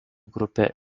grupę